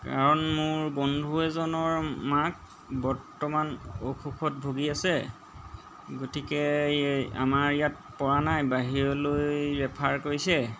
কাৰণ মোৰ বন্ধু এজনৰ মাক বৰ্তমান অসুখত ভুগি আছে গতিকে আমাৰ ইয়াত পৰা নাই বাহিৰলৈ ৰেফাৰ কৰিছে